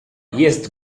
jest